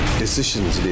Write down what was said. decisions